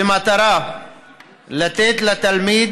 במטרה לתת לתלמיד